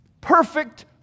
Perfect